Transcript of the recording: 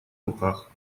руках